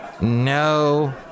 no